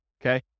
okay